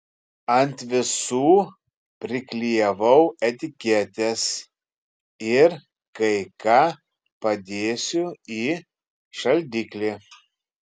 ant visų priklijavau etiketes ir kai ką padėsiu į šaldiklį